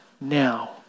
now